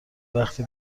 وقتی